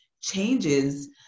changes